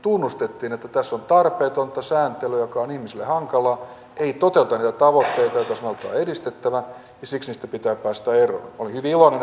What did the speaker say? tunnustettiin että tässä on tarpeetonta sääntelyä joka on ihmisille hankalaa ei toteuteta niitä tavoitteita joita sanotaan edistettävän ja siksi siitä pitää päästä eroon